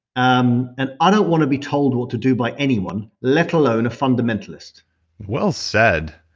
um and i don't want to be told what to do by anyone, let alone a fundamentalist well said.